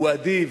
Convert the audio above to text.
הוא אדיב,